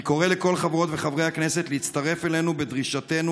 אני קורא לכל חברות וחברי הכנסת להצטרף אלינו בדרישתנו